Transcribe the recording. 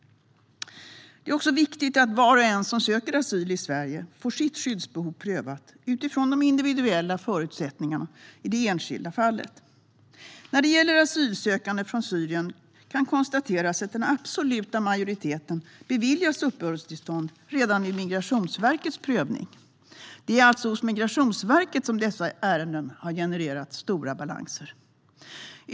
Det är också viktigt att var och en som söker asyl i Sverige får sitt skyddsbehov prövat utifrån de individuella förutsättningarna i det enskilda fallet. När det gäller asylsökande från Syrien kan det konstateras att den absoluta majoriteten beviljas uppehållstillstånd redan vid Migrationsverkets prövning. Det är alltså hos Migrationsverket som dessa ärenden har genererat stora balanser.